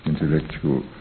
intellectual